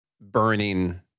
burning